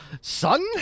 son